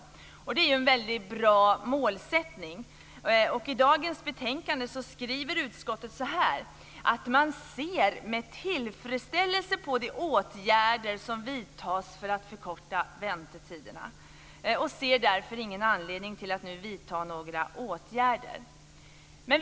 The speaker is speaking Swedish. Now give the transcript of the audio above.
Och det är en väldigt bra målsättning. Och i dagens betänkande står det: "- utskottet ser med tillfredsställelse på de åtgärder som vidtas för att förkorta väntetiderna. Någon anledning för riksdagen att nu vidta några åtgärder i frågan finns emellertid inte."